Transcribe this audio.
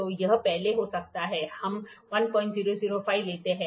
तो यह पहले हो सकता है हम 1005 लेते हैं